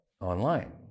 online